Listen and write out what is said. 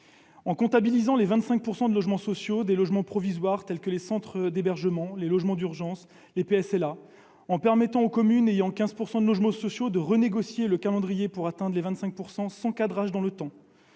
En comptabilisant dans les 25 % de logements sociaux des logements provisoires, tels que les centres d'hébergement, les logements d'urgence, les PSLA, en permettant aux communes ayant 15 % de logements sociaux de renégocier le calendrier pour atteindre 25 % sans cadrage dans le temps,